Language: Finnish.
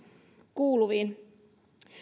kuuluviin